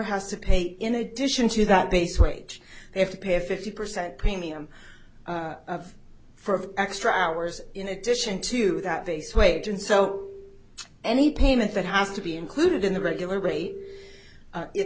has to pay in addition to that base wage they have to pay a fifty percent premium for extra hours in addition to that base wage and so any payment that has to be included in the regular